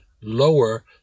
lower